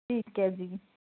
ਠੀਕ ਹੈ ਜੀ